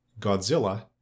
Godzilla